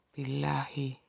Bilahi